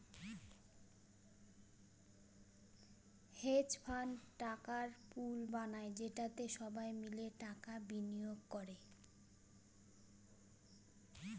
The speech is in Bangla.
হেজ ফান্ড টাকার পুল বানায় যেটাতে সবাই মিলে টাকা বিনিয়োগ করে